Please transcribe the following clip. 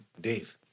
Dave